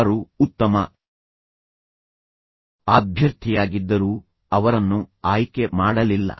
ಅವರು ಉತ್ತಮ ಅಭ್ಯರ್ಥಿಯಾಗಿದ್ದರೂ ಅವರನ್ನು ಆಯ್ಕೆ ಮಾಡಲಿಲ್ಲ